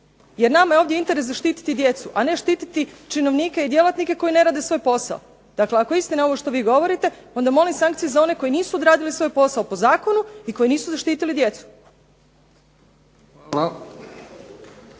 Jer nama je ovdje interes zaštiti djecu, a ne štititi činovnike i djelatnike koji ne rade svoj posao. Dakle, ako je istina ovo što vi govorite onda molim sankcije za one koji nisu odradili svoj posao po zakonu i koji nisu zaštitili djecu.